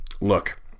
look